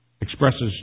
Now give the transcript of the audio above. Expresses